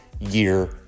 year